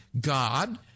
God